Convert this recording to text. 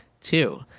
Two